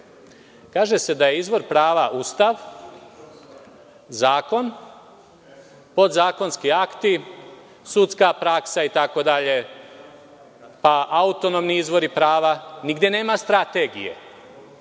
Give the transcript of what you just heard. Kaže se da je izvor prava Ustav, zakon, podzakonski akti, sudska praksa itd, autonomni izvori prava. Nigde nema strategije.